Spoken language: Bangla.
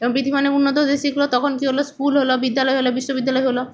এবং পৃথিবী মানে উন্নত হতে শিখল তখন কী হলো স্কুল হলো বিদ্যালয় হলো বিশ্ববিদ্যালয় হলো